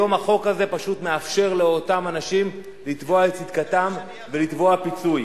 היום החוק הזה פשוט מאפשר לאותם אנשים לתבוע את צדקתם ולתבוע פיצוי.